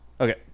Okay